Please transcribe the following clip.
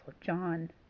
John